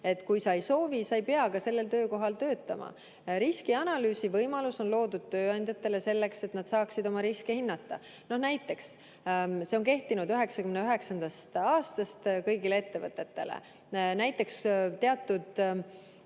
on. Kui sa ei soovi, sa ei pea ka sellel töökohal töötama. Riskianalüüsi võimalus on loodud tööandjatele selleks, et nad saaksid oma riske hinnata. See on kehtinud 1999. aastast kõigile ettevõtetele. Näiteks teatud